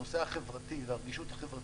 הנושא החברתי ורגישות החברתית,